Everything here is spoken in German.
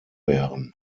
wären